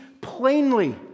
plainly